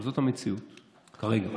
אבל זאת המציאות כרגע.